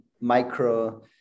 micro